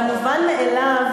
והמובן מאליו,